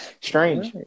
Strange